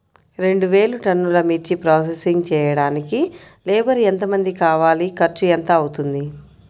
రెండు వేలు టన్నుల మిర్చి ప్రోసెసింగ్ చేయడానికి లేబర్ ఎంతమంది కావాలి, ఖర్చు ఎంత అవుతుంది?